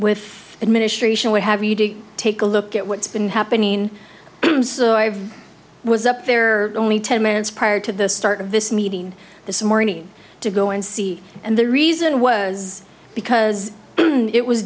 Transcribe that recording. with administration we have you to take a look at what's been happening i was up there only ten minutes prior to the start of this meeting this morning to go and see and the reason was because it was